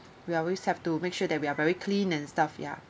we always have to make sure that we are very clean and stuff ya